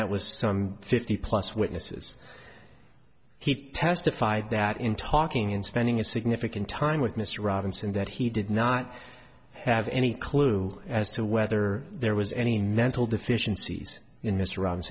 that was some fifty plus witnesses he testified that in talking in spending a significant time with mr robinson that he did not have any clue as to whether there was any mental deficiencies in